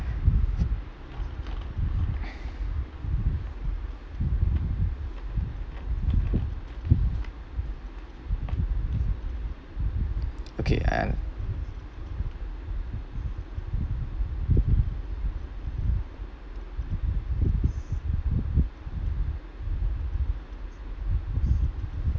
okay I